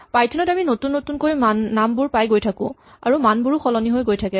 Python ত আমি নতুন নতুনকৈ নামবোৰ পাই গৈ থাকো আৰু মানবোৰো সলনি হৈ গৈ থাকে